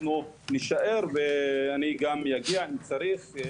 אנחנו נישאר ואני גם אגיע אם צריך.